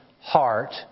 heart